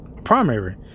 primary